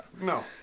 No